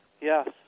Yes